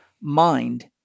mind